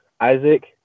Isaac